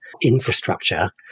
infrastructure